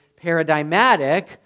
paradigmatic